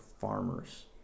farmers